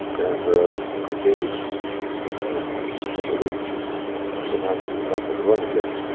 and and indeed within a couple weeks, he was announcing he was not going to run again.